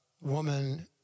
woman